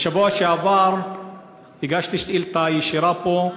בשבוע שעבר הגשתי שאילתה ישירה פה,